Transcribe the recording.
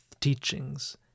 teachings